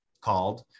called